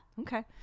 Okay